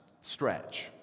stretch